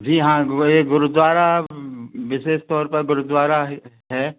जी हाँ वही गुरुद्वारा विशेष तौर पर गुरुद्वारा है